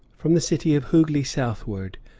from the city of hooghli southward,